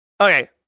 Okay